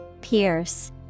Pierce